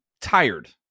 tired